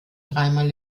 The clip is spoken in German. dreimal